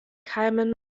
keimen